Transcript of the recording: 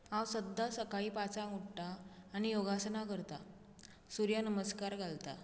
हांव सद्दा सकाळी पांचाक उठ्ठा आनी योगासना करता सुर्याक नमस्कार घालतां